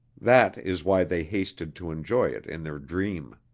that is why they hasted to enjoy it in their dream.